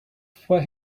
for